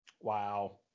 Wow